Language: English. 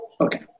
Okay